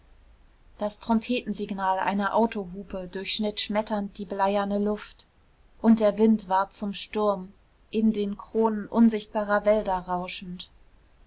das trompetensignal einer autohupe durchschnitt schmetternd die bleierne luft und der wind ward zum sturm in den kronen unsichtbarer wälder rauschend